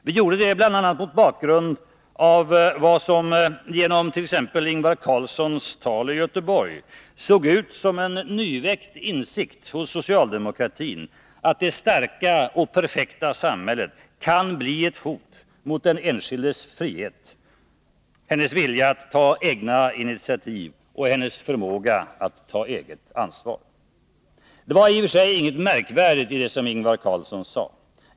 Vi gjorde det bl.a. mot bakgrund av vad som, genom t.ex. Ingvar Carlssons tal i Göteborg, såg ut som en nyväckt insikt hos socialdemokratin, att det starka och perfekta samhället kan bli ett hot mot den enskilda människans frihet, hennes vilja att ta egna initiativ och hennes förmåga att ta eget ansvar. Det var i och för sig ingenting märkvärdigt i det Ingvar Carlsson sade.